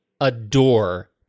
adore